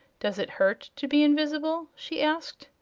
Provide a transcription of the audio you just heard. does it hurt to be invis'ble? she asked.